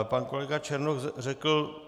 Pan kolega Černoch řekl...